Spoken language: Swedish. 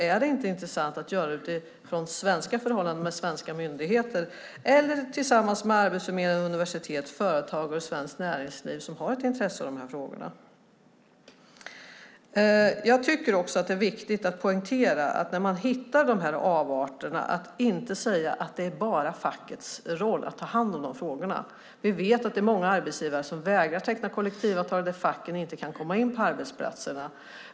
Är det inte intressant att göra detta utifrån svenska förhållanden med svenska myndigheter eller tillsammans med Arbetsförmedlingen, universitet, företagare och svenskt näringsliv som har ett intresse av de här frågorna? Jag tycker också att det är viktigt att poängtera att man, när man hittar de här avarterna, inte ska säga att det bara är fackets roll att ta hand om de frågorna. Vi vet att det är många arbetsgivare som vägrar teckna kollektivavtal och att facken inte kan komma in på arbetsplatserna.